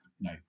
no